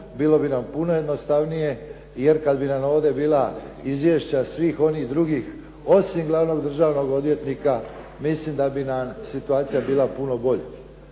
bilo bi nam puno jednostavnije jer kad bi nam ovdje bila izvješća svih onih drugih osim glavnog državnog odvjetnika mislim da bi nam situacija bila puno bolja